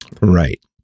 Right